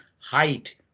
height